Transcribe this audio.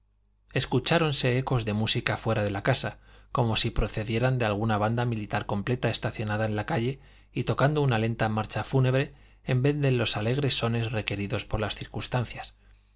interrupción escucháronse ecos de música fuera de la casa como si procedieran de alguna banda militar completa estacionada en la calle y tocando una lenta marcha fúnebre en vez de los alegres sones requeridos por las circunstancias